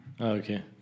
Okay